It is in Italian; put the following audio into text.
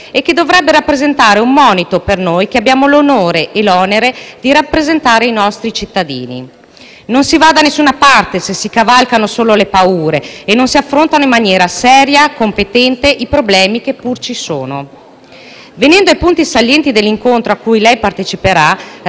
Non si va da nessuna parte se si cavalcano solo le paure e non si affrontano in maniera seria e competente i problemi che pur ci sono. Venendo ai punti salienti dell'incontro a cui lei parteciperà, rappresentando gli interessi di tutti gli italiani, un ruolo preminente sarà rivestito dai temi economici,